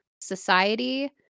society